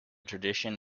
tradition